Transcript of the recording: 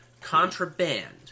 Contraband